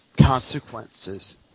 consequences